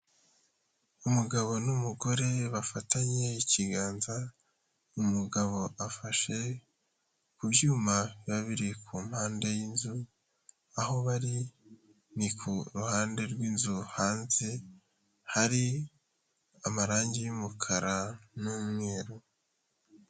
Umugabo n'umugore bafatanye ikiganza, umugabo afashe ku byuma biba biri ku mpande y'inzu, aho bari ni ku ruhande rw'inzu hanze hari amarangi y'umukara n'umweru.